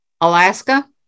Alaska